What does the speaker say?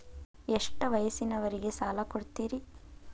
ಎಷ್ಟ ವಯಸ್ಸಿನವರಿಗೆ ಸಾಲ ಕೊಡ್ತಿರಿ?